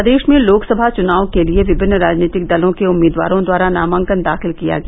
प्रदेश में लोकसभा चुनाव के लिये विभिन्न राजनीतिक दलों के उम्मीदवारों द्वारा नामांकन दाखिल किया गया